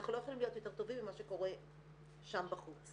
אנחנו לא יכולים להיות יותר טובים ממה שקורה שם בחוץ.